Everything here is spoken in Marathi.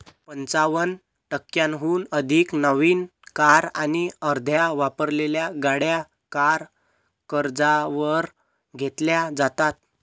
पंचावन्न टक्क्यांहून अधिक नवीन कार आणि अर्ध्या वापरलेल्या गाड्या कार कर्जावर घेतल्या जातात